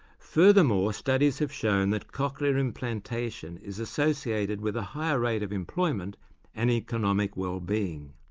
furthermore, studies have shown that cochlear implantation is associated with a higher rate of employment and economic wellbeing.